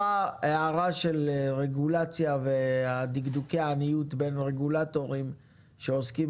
מעיר לכם הערה של רגולציה ודקדוקי עניות בין רגולטורים שעוסקים